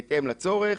בהתאם לצורך,